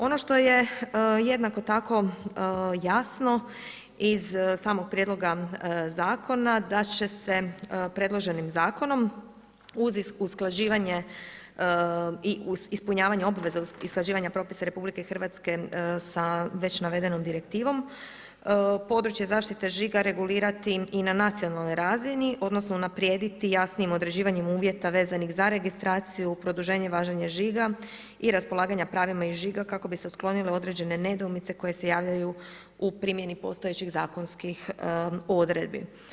Ono što je jednako tako jasno iz samog Prijedloga zakona da će se predloženim zakonom uz usklađivanje i ispunjavanje obveza usklađivanja propisa Republike Hrvatske sa već navedenom direktivom područje zaštite žiga regulirati i na nacionalnoj razini odnosno unaprijediti jasnijim određivanjem uvjeta vezanih za registraciju, produženje važenje žiga i raspolaganje pravima iz žiga kako bi se otklonile određene nedoumice koje se javljaju u primjeni postojećih zakonskih odredbi.